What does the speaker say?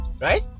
Right